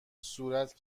صورت